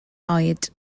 oed